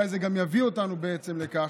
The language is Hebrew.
אולי זה יביא אותנו בעצם לכך: